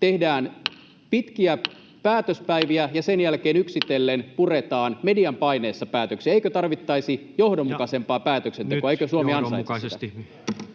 tehdään pitkiä päätöspäiviä ja sen jälkeen yksitellen puretaan median paineessa päätöksiä? Eikö tarvittaisi johdonmukaisempaa päätöksentekoa? [Puhemies: Nyt